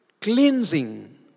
Cleansing